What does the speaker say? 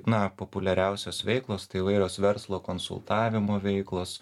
na populiariausios veiklos tai įvairios verslo konsultavimo veiklos